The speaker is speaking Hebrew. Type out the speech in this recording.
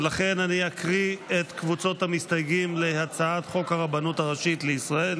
ולכן אני אקרא את קבוצות המסתייגים להצעת חוק הרבנות הראשית לישראל